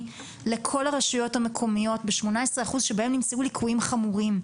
לכל הרשויות המקומיות ב-18% שבהם נמצאו ליקויים חמורים.